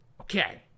okay